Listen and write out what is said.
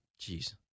Jeez